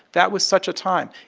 that was such a time.